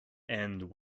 and